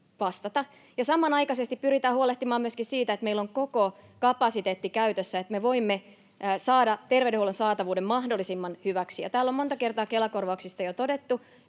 vastata, ja samanaikaisesti pyritään huolehtimaan myöskin siitä, että meillä on koko kapasiteetti käytössä, että me voimme saada terveydenhuollon saatavuuden mahdollisimman hyväksi. Täällä on monta kertaa Kela-korvauksista jo todettu,